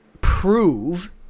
prove